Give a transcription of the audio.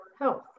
health